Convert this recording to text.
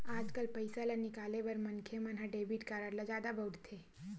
आजकाल पइसा ल निकाले बर मनखे मन ह डेबिट कारड ल जादा बउरथे